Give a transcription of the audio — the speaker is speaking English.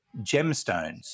gemstones